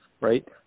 right